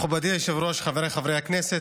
מכובדי היושב-ראש, חבריי חברי הכנסת,